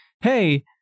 hey